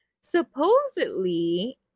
supposedly